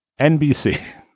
NBC